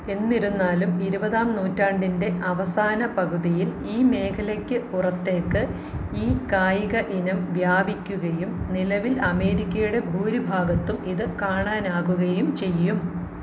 എന്നിരുന്നാലും ഇരുപതാം നൂറ്റാണ്ടിന്റെ അവസാന പകുതിയിൽ ഈ മേഖലയ്ക്ക് പുറത്തേക്ക് ഈ കായിക ഇനം വ്യാപിക്കുകയും നിലവിൽ അമേരിക്കയുടെ ഭൂരിഭാഗത്തും ഇത് കാണാനാകുകയും ചെയ്യും